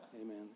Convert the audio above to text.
amen